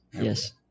Yes